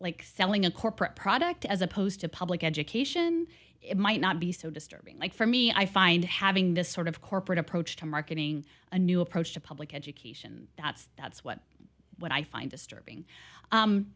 like selling a corporate product as opposed to public education it might not be so disturbing like for me i find having this sort of corporate approach to marketing a new approach to public education that's what i find disturbing